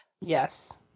Yes